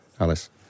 alice